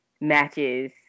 matches